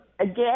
Again